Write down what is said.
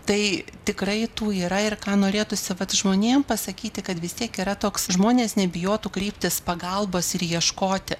tai tikrai tų yra ir ką norėtųsi vat žmonėm pasakyti kad vis tiek yra toks žmonės nebijotų kreiptis pagalbos ir ieškoti